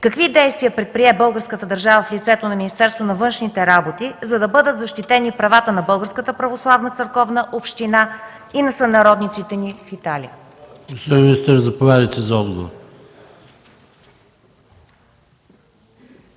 Какви действия предприе българската държава в лицето на Министерството на външните работи, за да бъдат защитени правата на Българската православна църковна община и на сънародниците ни в Италия?